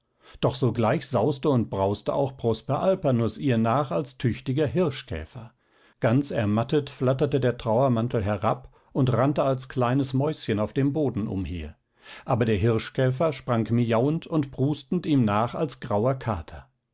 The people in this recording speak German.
doch sogleich sauste und brauste auch prosper alpanus ihr nach als tüchtiger hirschkäfer ganz ermattet flatterte der trauermantel herab und rannte als kleines mäuschen auf dem boden umher aber der hirschkäfer sprang miauend und prustend ihm nach als grauer kater